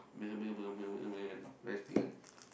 where's megan